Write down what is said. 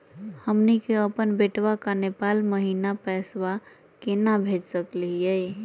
हमनी के अपन बेटवा क नेपाल महिना पैसवा केना भेज सकली हे?